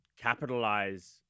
capitalize